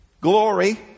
Glory